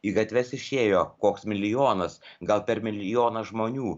į gatves išėjo koks milijonas gal per milijoną žmonių